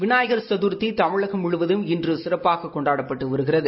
விநாயகர் சதர்த்தி தமிழகம் முழுவதும் இன்று சிறப்பாக கொண்டாடப்பட்டு வருகிறது